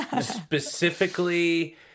Specifically